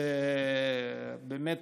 באמת,